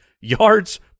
yards